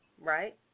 Right